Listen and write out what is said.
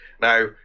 Now